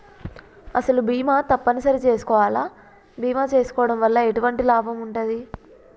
అసలు బీమా తప్పని సరి చేసుకోవాలా? బీమా చేసుకోవడం వల్ల ఎటువంటి లాభం ఉంటది?